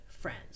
friends